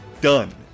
done